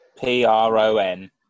P-R-O-N